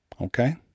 okay